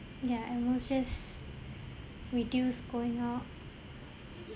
ya and we'll just reduce going out